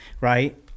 right